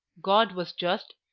god was just,